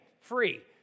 free